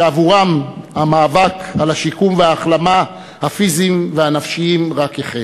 שעבורם המאבק על השיקום וההחלמה הפיזיים והנפשיים רק החל.